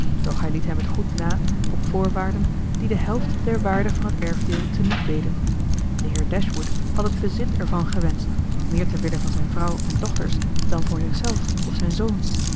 doch hij liet hem het goed na op voorwaarden die de helft der waarde van het erfdeel te niet deden de heer dashwood had het bezit ervan gewenscht meer terwille van zijn vrouw en dochters dan voor zichzelf of zijn zoon